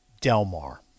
Delmar